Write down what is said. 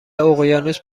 اقیانوس